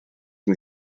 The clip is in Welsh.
cyn